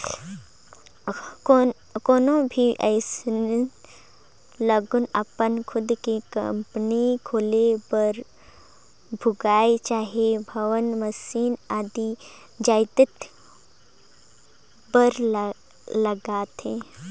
कोनो भी मइनसे लअपन खुदे के कंपनी खोले बर भुंइयां चहे भवन, मसीन आदि जाएत बर लागथे